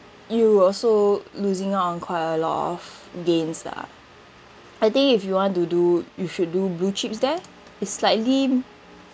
you'll also losing out on quite a lot of gains lah I think if you want to do you should do blue chips there it's slightly